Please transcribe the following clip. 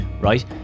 right